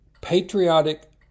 patriotic